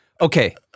Okay